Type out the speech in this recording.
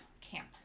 camp